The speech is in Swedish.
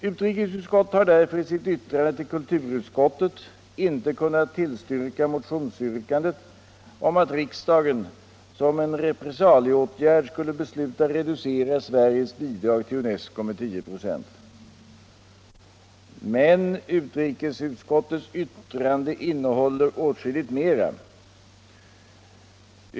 Utrikesutskottet har därför i sitt yttrande till kulturutskottet inte kunnat tillstyrka motionsyrkandet om att riksdagen som en repressalieåtgärd skulle besluta reducera Sveriges bidrag till UNESCO med 10 96. Men utrikesutskottets yttrande innehåller åtskilligt mera.